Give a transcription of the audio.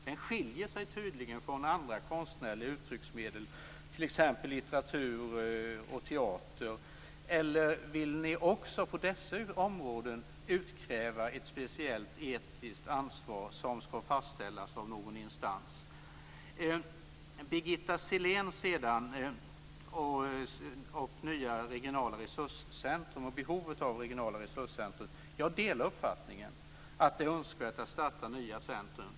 Den skiljer sig tydligen från andra konstnärliga uttrycksmedel, t.ex. litteratur och teater. Vill ni också på dessa områden utkräva ett speciellt etiskt ansvar som ska fastställas av någon instans? Birgitta Sellén diskuterade behovet av nya regionala resurscentrum. Jag delar uppfattningen att det är önskvärt att starta nya centrum.